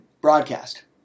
broadcast